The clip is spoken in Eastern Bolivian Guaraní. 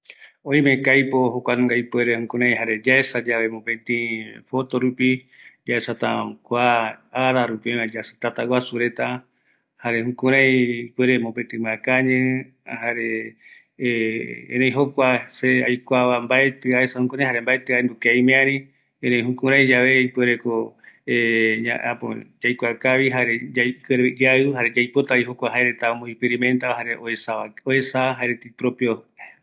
﻿Oïmeko aipo okuanunga ipuere jukurai jare yaesave, mopeti foto rupi, yaesata kua ara rupi oïva, yasitata guasu reta, jare jukurai ipuere mopeti miakañi, jare erei jokua se aikuava mbaeti aesa jukurai, jare mbaeti aendu kia imiari, erei jukurai yave ipuereko äpo yakua kavi jare yaiki kurai yaiu, jare yaipotavi jaereta omoexperimentava, jare oesava, oesa jaereta ipropiope